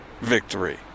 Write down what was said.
victory